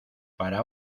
para